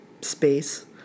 space